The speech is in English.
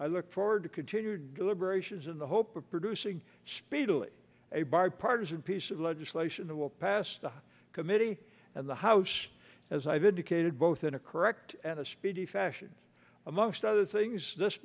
i look forward to continued deliberations in the hope of producing speedily a bipartisan piece of legislation that will pass the committee and the house as i've indicated both in a correct and a speedy fashion amongst other things this